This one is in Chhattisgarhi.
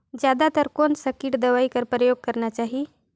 जादा तर कोन स किट दवाई कर प्रयोग करना चाही?